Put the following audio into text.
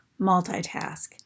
multitask